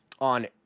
on